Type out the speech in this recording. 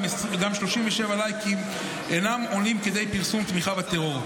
גם 37 לייקים אינם עונים כדי פרסום תמיכה בטרור.